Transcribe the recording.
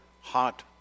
hot